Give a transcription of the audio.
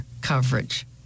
coverage